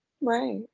Right